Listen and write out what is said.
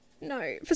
no